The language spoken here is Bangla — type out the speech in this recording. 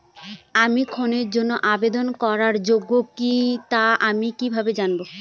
আমি ঋণের জন্য আবেদন করার যোগ্য কিনা তা আমি কীভাবে জানব?